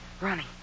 Ronnie